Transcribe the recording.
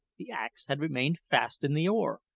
the axe had remained fast in the oar,